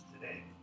today